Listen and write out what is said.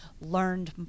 learned